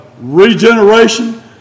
regeneration